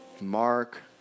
Mark